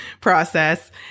process